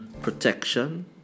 protection